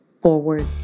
forward